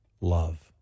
love